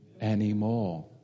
anymore